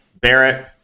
Barrett